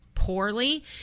poorly